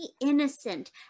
innocent